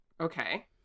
Okay